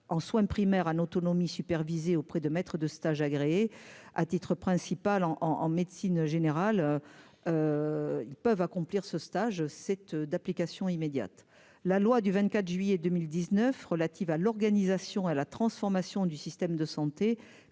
en soins primaires autonomie supervisée auprès de maître de stage agréé à titre principal en en médecine générale, ils peuvent accomplir ce stage cette d'application immédiate, la loi du 24 juillet 2019 relatives à l'organisation à la transformation du système de santé